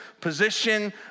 position